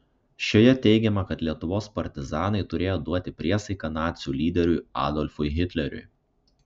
šioje teigiama kad lietuvos partizanai turėję duoti priesaiką nacių lyderiui adolfui hitleriui